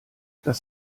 das